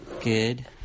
Good